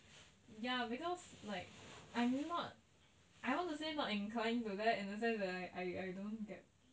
ya because like I'm not I want to say not according to that in a sense that I I don't get